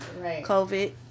COVID